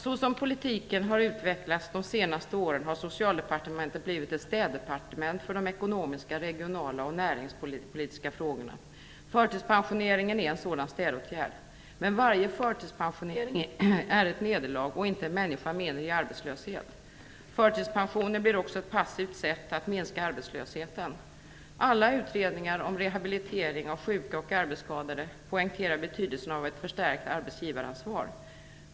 Så som politiken utvecklats under de senaste åren har Socialdepartementet blivit ett "städdepartement" för de ekonomiska, regionala och näringslivspolitiska frågorna. Förtidspensioneringen är en sådan städåtgärd. Men varje förtidspensionering är ett nederlag och kan inte betraktas som en människa mindre i arbetslöshet. Förtidspensionering blir också ett passivt sätt att minska arbetslösheten. I alla utredningar om rehabilitering av sjuka och arbetsskadade poängteras betydelsen av ett förstärkt arbetsgivaransvar.